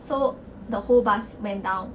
so the whole bus went down